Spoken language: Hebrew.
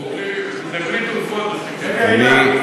ובלי תרופות עשיתי את זה.